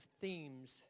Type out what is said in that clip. themes